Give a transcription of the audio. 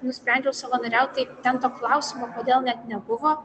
nusprendžiau savanoriaut tai ten to klausimo kodėl net nebuvo